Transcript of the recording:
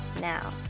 now